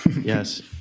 Yes